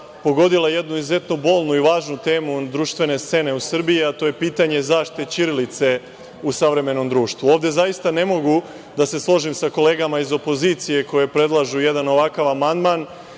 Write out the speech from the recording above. pogodila jednu izuzetno bolnu i važnu temu društvene scene u Srbiji, a to je pitanje zaštite ćirilice u savremenom društvu. Ovde zaista ne mogu da se složim sa kolegama iz opozicije koje predlažu jedan ovakav amandman,